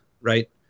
right